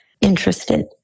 interested